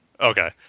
Okay